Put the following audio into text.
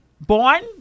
born